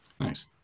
Nice